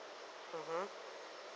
mmhmm